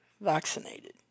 vaccinated